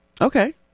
Okay